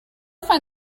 find